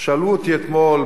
שאלו אותי אתמול בערב,